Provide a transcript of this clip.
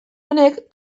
honek